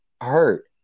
hurt